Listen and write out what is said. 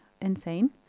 insane